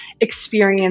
experience